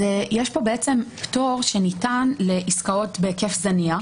יש פה בעצם פטור שניתן לעסקאות בהיקף זניח.